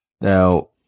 Now